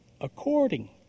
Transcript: according